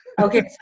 Okay